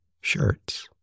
shirts